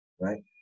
right